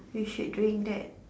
you should drink that